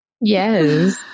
yes